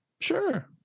Sure